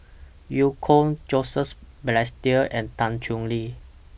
EU Kong Joseph Balestier and Tan Chong Tee